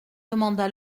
demanda